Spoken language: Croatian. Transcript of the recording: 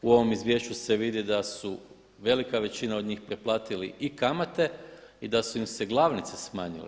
U ovom izvješću se vidi da su velika većina od njih pretplatili i kamate i da su im se glavnice smanjile.